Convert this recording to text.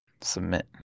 Submit